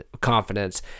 confidence